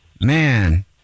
Man